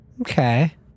Okay